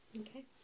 Okay